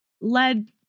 led